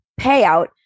payout